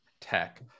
tech